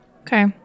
Okay